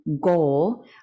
goal